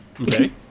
Okay